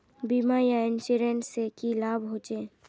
बीमा या इंश्योरेंस से की लाभ होचे?